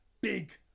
big